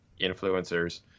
influencers